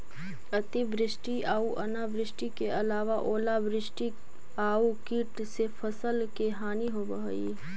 अतिवृष्टि आऊ अनावृष्टि के अलावा ओलावृष्टि आउ कीट से फसल के हानि होवऽ हइ